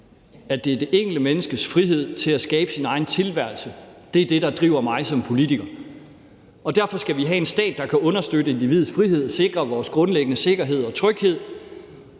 menneske. Det enkelte menneskes frihed til at skabe sin egen tilværelse er det, der driver mig som politiker, og derfor skal vi have en stat, der kan understøtte individets frihed og sikre vores grundlæggende sikkerhed og tryghed,